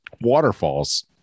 waterfalls